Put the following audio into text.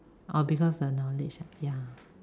oh because the knowledge ya